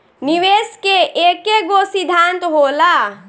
निवेश के एकेगो सिद्धान्त होला